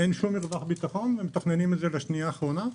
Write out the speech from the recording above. אין שום מרווח ביטחון ומתכננים את זה לשנייה האחרונה,